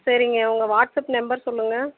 சரிங்க உங்கள் WhatsApp number சொல்லுங்கள்